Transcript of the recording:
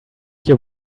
your